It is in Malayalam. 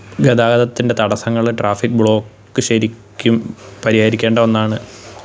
ഗതാഗതത്തിന്റെ തടസങ്ങൾ ട്രാഫിക് ബ്ലോക്ക് ശരിക്കും പരിഹരിക്കേണ്ട ഒന്നാണ്